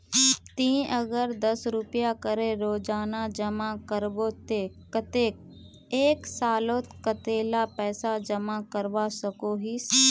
ती अगर दस रुपया करे रोजाना जमा करबो ते कतेक एक सालोत कतेला पैसा जमा करवा सकोहिस?